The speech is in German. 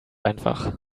einfach